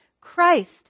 Christ